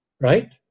Right